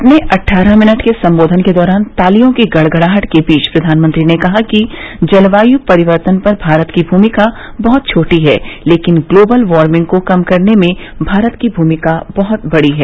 अपने अटठारह मिनट के सम्बोधन के दौरान तालियों की गड़गडाहट के बीच प्रधानमंत्री ने कहा कि जलवाय परिवर्तन पर भारत की भूमिका बहत छोटी है लेकिन ग्लोबल वार्मिंग को कम करने में भारत की भूमिका बहत बड़ी है